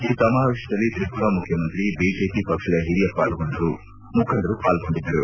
ಈ ಸಮಾವೇಶದಲ್ಲಿ ತ್ರಿಪುರಾ ಮುಖ್ಯಮಂತ್ರಿ ಬಿಜೆಪಿ ಪಕ್ಷದ ಹಿರಿಯ ಮುಖಂಡರು ಪಾಲ್ಗೊಂಡಿದ್ದರು